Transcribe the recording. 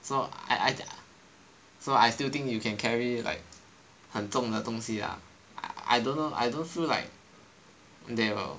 so I I so I still think you can carry like 很重的东西 lah I don't know I don't feel like they will